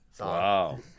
Wow